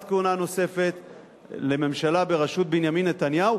כהונה נוספת לממשלה בראשות בנימין נתניהו,